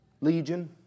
Legion